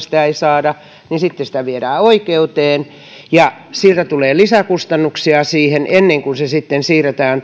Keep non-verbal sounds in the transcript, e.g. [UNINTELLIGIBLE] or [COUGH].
[UNINTELLIGIBLE] sitä perintätoimistonkaan kautta saada niin sitten se viedään oikeuteen ja siitä tulee lisäkustannuksia ennen kuin se sitten siirretään [UNINTELLIGIBLE]